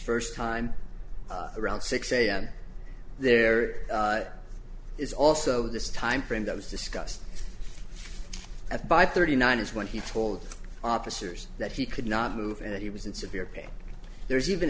first time around six am there is also this time frame that was discussed at by thirty nine is when he told officers that he could not move and that he was in severe pain there's even